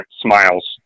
smiles